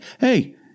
hey